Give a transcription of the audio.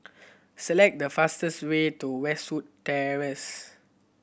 select the fastest way to Westwood Terrace